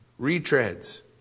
retreads